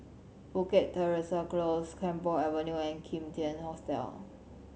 Bukit Teresa Close Camphor Avenue and Kim Tian Hotel